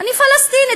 אני פלסטינית,